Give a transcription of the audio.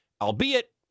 albeit